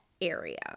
area